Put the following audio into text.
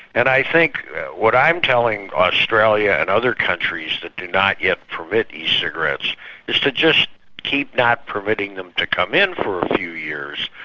and i think what i'm telling australia and other countries that do not yet permit e-cigarettes is to just keep not permitting them to come in for a few years,